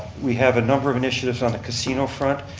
we have a number of initiatives on the casino front.